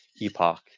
epoch